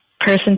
person